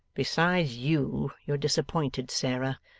besides you you're disappointed, sarah,